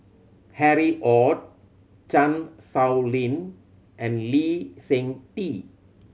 Harry Ord Chan Sow Lin and Lee Seng Tee